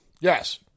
Yes